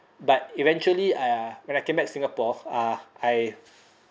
but eventually uh when I came back singapore uh I